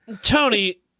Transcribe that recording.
Tony